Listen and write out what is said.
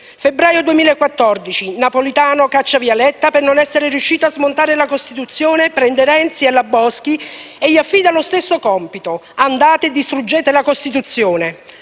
Febbraio 2014: Napolitano caccia via Letta per non essere riuscito a smontare la Costituzione. Poi prende Renzi e la Boschi e gli affida lo stesso compito: andate e distruggete la Costituzione.